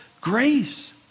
grace